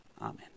Amen